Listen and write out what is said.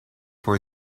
for